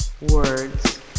Words